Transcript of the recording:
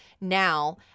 now